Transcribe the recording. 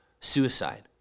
suicide